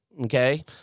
okay